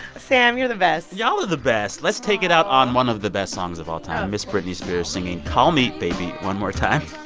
sam, you're the best y'all are the best. let's take it out on one of the best songs of all time, miss britney spears singing call me baby one more time.